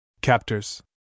Captors